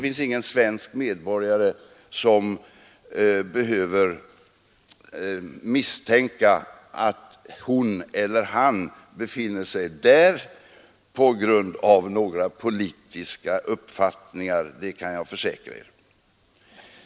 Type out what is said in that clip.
Ingen svensk medborgare behöver misstänka att hon eller han befinner sig där på grund av några politiska uppfattningar, det kan jag försäkra.